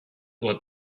what